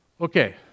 Okay